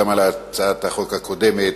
גם על הצעת החוק הקודמת,